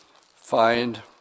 find